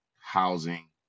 housing